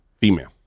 female